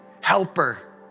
helper